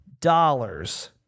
dollars